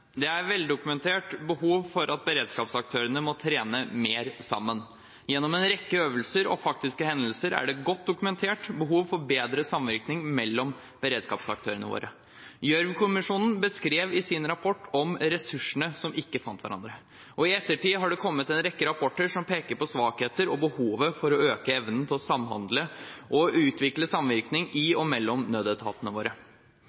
behov for at beredskapsaktørene må trene mer sammen. Gjennom en rekke øvelser og faktiske hendelser er det et godt dokumentert behov for bedre samvirke mellom beredskapsaktørene våre. Gjørv-kommisjonen beskrev i sin rapport «ressursene som ikke fant hverandre», og i ettertid har det kommet en rekke rapporter som peker på svakheter og behovet for å øke evnen til å samhandle og utvikle samvirke i og mellom nødetatene våre.